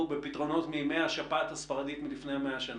בפתרונות מימי השפעת הספרדית מלפני מאה שנה.